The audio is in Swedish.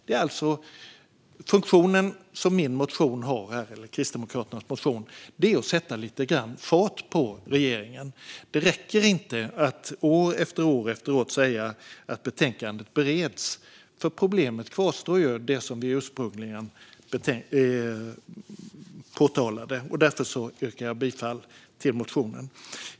Den funktion som Kristdemokraternas motion här har är alltså att sätta lite fart på regeringen. Det räcker inte att år efter år säga att ärendet bereds. Det problem som vi ursprungligen påtalade kvarstår ju. Därför yrkar jag bifall till motionen.